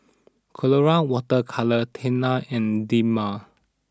Colora Water Colours Tena and Dermale